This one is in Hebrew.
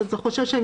אתה חושש שהם